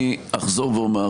אני אחזור ואומר,